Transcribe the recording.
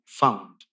found